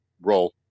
roll